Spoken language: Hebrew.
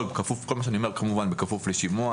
כל מה שאני אומר זה כמובן בכפוף לשימוע,